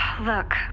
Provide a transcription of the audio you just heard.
Look